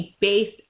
based